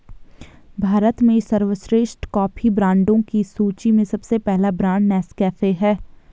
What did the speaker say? भारत में सर्वश्रेष्ठ कॉफी ब्रांडों की सूची में सबसे पहला ब्रांड नेस्कैफे है